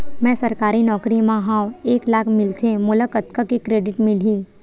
मैं सरकारी नौकरी मा हाव एक लाख मिलथे मोला कतका के क्रेडिट मिलही?